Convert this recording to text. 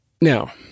Now